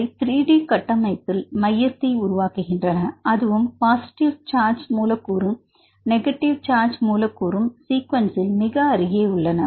இவை 3 டி கட்டமைப்புகளில் மையத்தை உருவாக்குகின்றன அதுவும் ஒரு பாசிட்டிவ் சார்ஜ் மூலக்கூறும் ஒரு நெகட்டிவ் சார்ஜ் மூலக்கூறும் சீக்வென்ஸ்ல் மிக அருகே உள்ளன